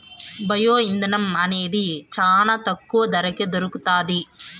bio ఇంధనం అనేది చానా తక్కువ ధరకే దొరుకుతాది